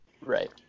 Right